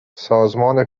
سازمان